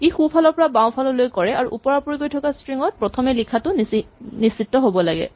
ই সোঁফালৰ পৰা বাঁওফাললৈ কৰে আৰু ওপৰাওপৰিকৈ থকা স্ট্ৰিং প্ৰথমতে লিখাটো নিশ্চিত হ'ব লাগে